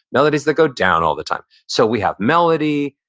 melodies that go down all the time. so we have melody.